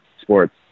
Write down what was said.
sports